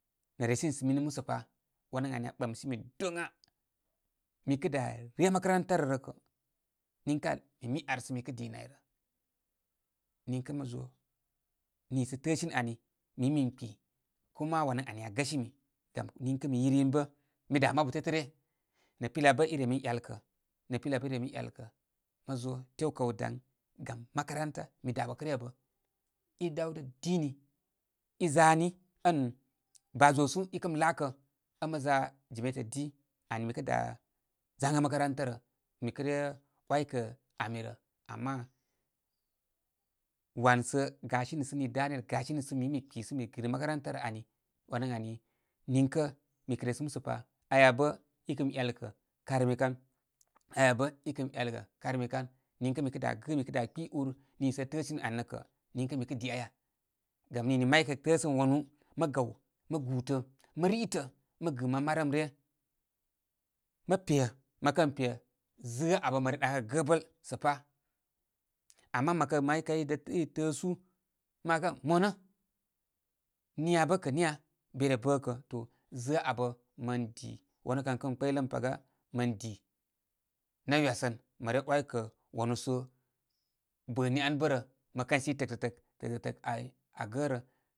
Nə resini sə mini musə pa, wan ən ani aa ɓɨmsimi doŋa. Mi kə da re makarantara rə rə kə' niŋkə al mi mi arsə mikə dinə ay rə. Niŋkə mə zobar niisə təəsimi ami, mi mə min kpi. Kuma wan ən ani aa gəsimi. Gam niŋkə mi yiryin bə' mi da' mabu tebartə ryə. Nə pilya bə' i re miren 'yalkə, nə' pilya bə' i remi ren 'yalkə. Mə zo tew kaw daŋ, gam, makaranta mi da gbakə ryə abə i dawdə dini i zani ən baa losu i kəm laakə ən məza jimeta di. Ani mi kə da zangə makaranta rə, mi kə re waykə ami rə. Ama, wan sə gasini sa nii dantel gasimi sə mi bə' mi kpi sə mi gɨ nə makaranta rə ani, wan ən ani, niŋkə mi kə resə musə pa. Aya bə i kinai 'yalkə'. karmi kan. Aya bə i kəmi 'yalkə karmikan. Niŋkə mi kə da gɨ mi kə da kpi ur nilsə tāāsimi anə kə' niŋkə mikə di aya? Gam nini maykə təəsəm wanu mə gaw mə gūtə mə ritə' mə gɨ man marəm rə ryə. Mə pe, mə kən pe zə'ə' a abə mə ren ɗakəgə gəbəl sə' pā. Ama məkən may kay i da i tə'ə' su ma ɗakə ən monə', niya bə' kə' niya be re bə kə to zə'ə' a abə mən di. Wanu kan kən kpəyləm paga mən di. Nay ywasən mə re 'waykə wanu sə bə ni an bə' rə. Mə kən si tə'tə'tə'k, tə'də' tək, ai aa gə rə.